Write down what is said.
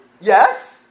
yes